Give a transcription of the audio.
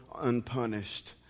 unpunished